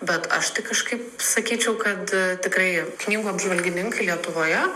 bet aš tik kažkaip sakyčiau kad tikrai knygų apžvalgininkai lietuvoje